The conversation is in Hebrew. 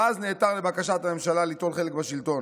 ואז נעתר לבקשת הממשלה ליטול חלק בשלטון.